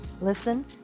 Listen